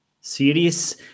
Serious